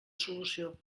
solució